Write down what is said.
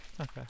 Okay